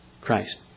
Christ